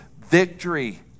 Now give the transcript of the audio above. victory